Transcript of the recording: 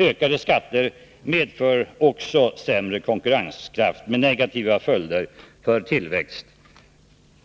Ökade skatter medför också sämre konkurrenskraft, med negativa följder för tillväxt,